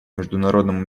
международному